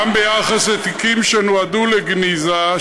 גם ביחס לתיקים שנועדו לגניזה,